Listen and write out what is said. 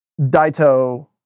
Daito